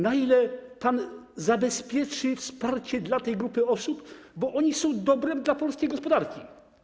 Na ile pan zabezpieczy wsparcie dla tej grupy osób, bo oni są dobrem dla polskiej gospodarki?